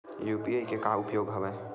UPI के का उपयोग हवय?